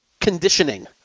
conditioning